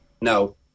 no